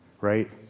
right